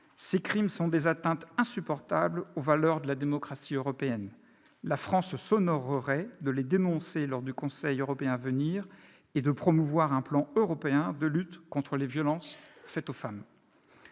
Ces crimes sont des atteintes insupportables aux valeurs de la démocratie européenne. La France s'honorerait de les dénoncer lors du Conseil européen à venir et de promouvoir un plan européen de lutte contre les violences faites aux femmes.